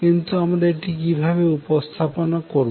কিন্তু আমরা এটি কিভাবে উপস্থাপনা করবো